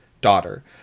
daughter